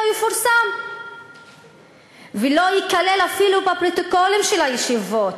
יפורסם ולא ייכלל אפילו בפרוטוקולים של הישיבות,